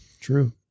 True